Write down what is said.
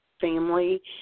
family